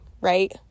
right